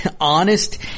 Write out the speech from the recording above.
honest